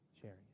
sharing